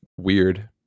weird